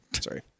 sorry